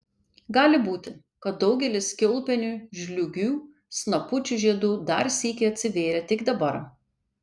gali būti kad daugelis kiaulpienių žliūgių snapučių žiedų dar sykį atsivėrė tik dabar